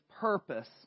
purpose